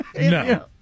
No